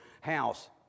house